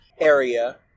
area